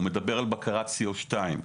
הוא מדבר על בקרת CO2,